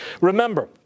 Remember